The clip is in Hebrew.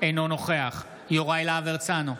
אינו נוכח יוראי להב הרצנו,